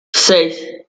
seis